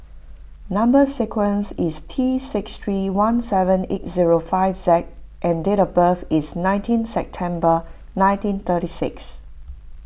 Number Sequence is T six three one seven eight zero five Z and date of birth is nineteen September nineteen thirty six